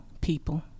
people